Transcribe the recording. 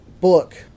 book